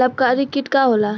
लाभकारी कीट का होला?